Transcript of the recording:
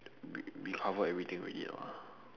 we we cover everything already ah